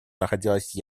находилась